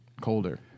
colder